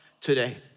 today